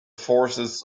forces